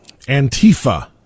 Antifa